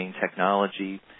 technology